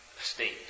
state